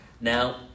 Now